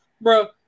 bro